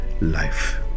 life